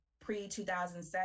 pre-2007